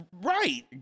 Right